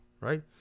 right